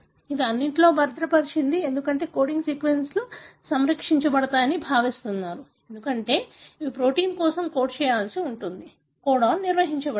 ఇది అన్నింటిలోనూ భద్రపరచబడింది ఎందుకంటే కోడింగ్ సీక్వెన్సులు సంరక్షించబడతాయని భావిస్తున్నారు ఎందుకంటే అవి ప్రోటీన్ కోసం కోడ్ చేయవలసి ఉంటుంది కోడాన్ నిర్వహించబడాలి